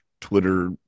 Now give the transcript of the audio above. Twitter